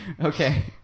okay